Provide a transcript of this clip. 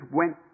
went